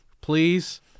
Please